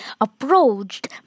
approached